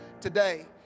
today